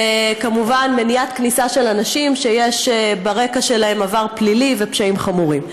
וכמובן מניעת כניסה של אנשים שיש ברקע שלהם עבר פלילי ופשעים חמורים.